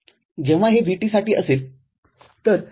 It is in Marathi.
जेव्हा हे VT साठी असेल तर १